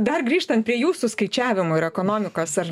dar grįžtant prie jūsų skaičiavimų ir ekonomikos ar